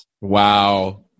Wow